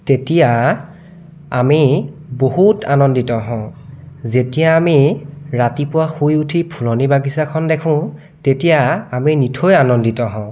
তেতিয়া আমি বহুত আনন্দিত হওঁ যেতিয়া আমি ৰাতিপুৱা শুই উঠি ফুলনি বাগিচাখন দেখোঁ তেতিয়া আমি নথৈ আনন্দিত হওঁ